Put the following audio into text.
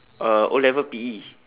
uh O-level P_E